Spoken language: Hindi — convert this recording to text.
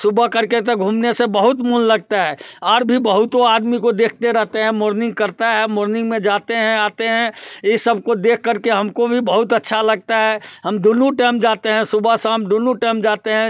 सुबह करके तो घूमने से बहुत मन लगता है और भी बहुत आदमी को देखते रहते हैं मोर्निंग करता है मोर्निंग में जाते हैं आते हैं इस सबको देखकर हमको भी बहुत अच्छा लगता है हम दोनों टैम जाते हैं सुबह शाम दोनों टैम जाते हैं